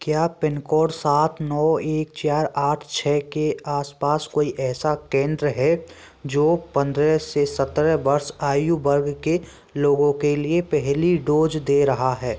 क्या pin code सात नौ एक चार आठ छः के आस पास कोई ऐसा केंद्र है जो पंद्रेह से सत्रह वर्ष आयु वर्ग के लोगों के लिए पहली डोज दे रहा है